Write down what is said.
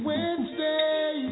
Wednesday